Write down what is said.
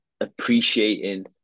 appreciating